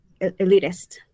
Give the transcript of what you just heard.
elitist